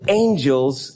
angels